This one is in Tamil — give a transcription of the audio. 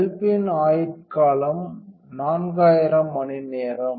பல்பின் ஆயுட்காலம் 4000 மணி நேரம்